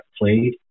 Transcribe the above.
played